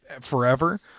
forever